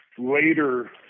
Later